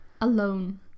alone